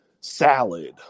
salad